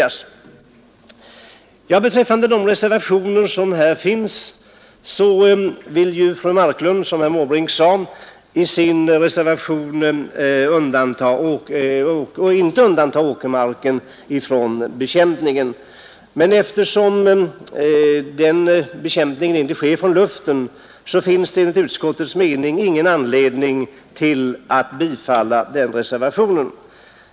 Som herr Måbrink sade vill fru Marklund i sin reservation inte undantaga åkermarken från bekämpningen. Men eftersom denna bekämpning inte sker från luften, finns enligt utskottets mening inte någon anledning att bifalla denna reservation.